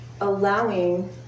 allowing